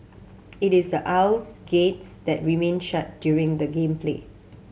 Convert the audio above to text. it is the aisle gates that remain shut during the game play